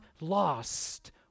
lost